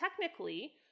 technically